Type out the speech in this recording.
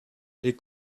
les